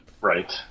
Right